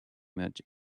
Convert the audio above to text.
much